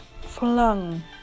flung